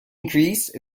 greece